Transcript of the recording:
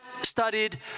studied